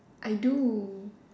I do